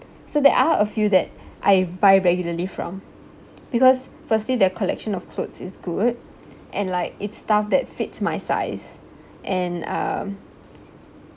so there are a few that I buy regularly from because firstly their collection of clothes is good and like it's stuff that fits my size and um